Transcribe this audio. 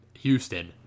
Houston